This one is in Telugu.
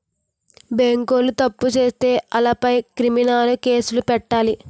బేంకోలు తప్పు సేత్తే ఆలపై క్రిమినలు కేసులు పెట్టాలి